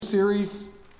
series